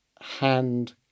hand